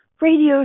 radio